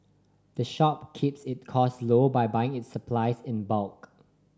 the shop keeps it cost low by buying its supplies in bulk